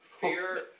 Fear